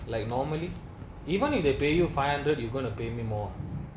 like normally even if they pay you five hundred you gonna pay me more